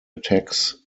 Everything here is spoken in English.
attacks